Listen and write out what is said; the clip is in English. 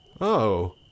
Oh